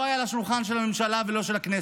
היה על השולחן של הממשלה ולא של הכנסת.